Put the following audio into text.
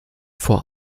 vor